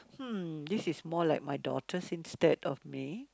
hmm this is more like my daughter's instead of me